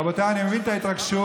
רבותיי, אני מבין את ההתרגשות.